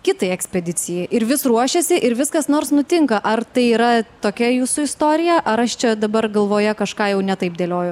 kitai ekspedicijai ir vis ruošiasi ir vis kas nors nutinka ar tai yra tokia jūsų istorija ar aš čia dabar galvoje kažką jau ne taip dėlioju